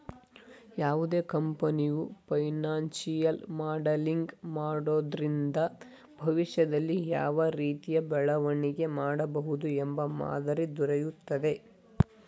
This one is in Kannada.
ಯಾವುದೇ ಕಂಪನಿಯು ಫೈನಾನ್ಶಿಯಲ್ ಮಾಡಲಿಂಗ್ ಮಾಡೋದ್ರಿಂದ ಭವಿಷ್ಯದಲ್ಲಿ ಯಾವ ರೀತಿಯ ಬೆಳವಣಿಗೆ ಮಾಡಬಹುದು ಎಂಬ ಮಾದರಿ ದೊರೆಯುತ್ತದೆ